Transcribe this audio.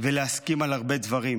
ולהסכים על הרבה דברים.